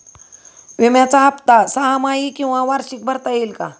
विम्याचा हफ्ता सहामाही किंवा वार्षिक भरता येईल का?